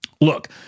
look